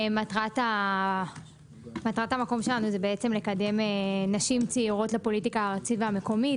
מטרת המקום שלנו זה בעצם לקדם נשים צעירות לפוליטיקה הארצית והמקומית,